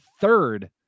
Third